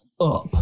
up